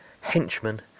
henchman